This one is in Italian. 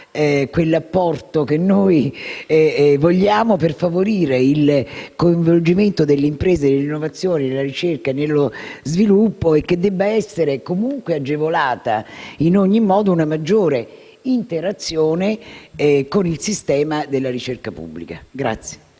quell'apporto che noi vogliamo per favorire il coinvolgimento delle imprese nell'innovazione, nella ricerca e nello sviluppo, e che debba essere comunque agevolata in ogni modo una maggiore interazione con il sistema della ricerca pubblica.